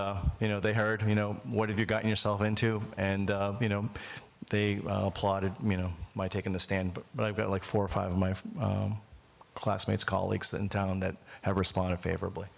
you know they heard you know what have you gotten yourself into and you know they applauded you know by taking the stand but i've got like four or five of my classmates colleagues in town that have responded favorably